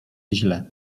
źle